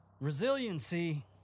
Resiliency